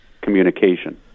communication